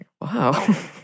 wow